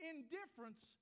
Indifference